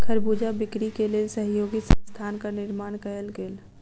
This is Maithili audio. खरबूजा बिक्री के लेल सहयोगी संस्थानक निर्माण कयल गेल